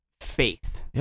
faith